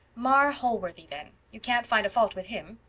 marr holworthy then. you can't find a fault with him.